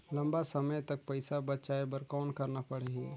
लंबा समय तक पइसा बचाये बर कौन करना पड़ही?